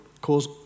cause